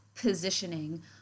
positioning